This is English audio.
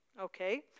Okay